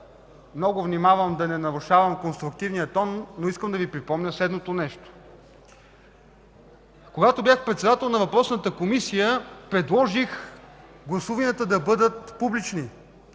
много внимавам да не нарушавам конструктивния тон, но искам да Ви припомня следното нещо. Когато бях председател на въпросната Комисия предложих гласуванията да бъдат публични,